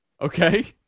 Okay